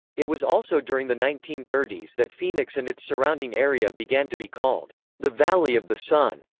it was also during the nineteen thirty s that phoenix and its surrounding area began to be called the valley of the sun,